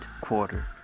quarter